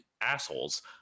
assholes